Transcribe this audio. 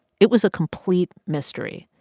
it was a complete mystery.